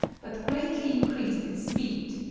but greatly increased its speed,